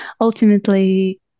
ultimately